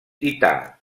tità